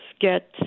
get